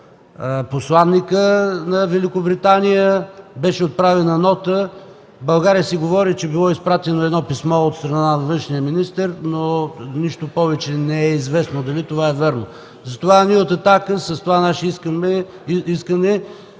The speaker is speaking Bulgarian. посланика на Великобритания, беше отправена нота. В България се говори, че било изпратено писмо от страна на външния министър, но нищо повече не е известно. Дали това е вярно? Затова от „Атака” с това искане